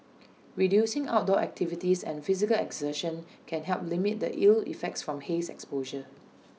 reducing outdoor activities and physical exertion can help limit the ill effects from haze exposure